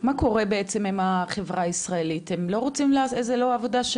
מה קורה בעצם עם החברה הישראלית, זו לא עבודה?